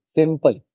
Simple